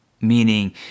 meaning